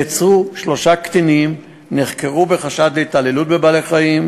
שלושה קטינים נעצרו ונחקרו בחשד להתעללות בבעלי-חיים,